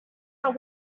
our